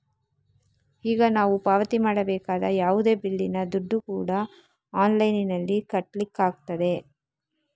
ಈಗ ನಾವು ಪಾವತಿ ಮಾಡಬೇಕಾದ ಯಾವುದೇ ಬಿಲ್ಲಿನ ದುಡ್ಡು ಕೂಡಾ ಆನ್ಲೈನಿನಲ್ಲಿ ಕಟ್ಲಿಕ್ಕಾಗ್ತದೆ